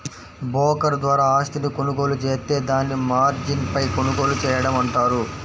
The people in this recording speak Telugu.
బోకర్ ద్వారా ఆస్తిని కొనుగోలు జేత్తే దాన్ని మార్జిన్పై కొనుగోలు చేయడం అంటారు